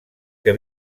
que